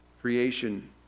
creation